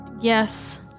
Yes